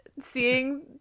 seeing